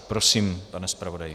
Prosím, pane zpravodaji.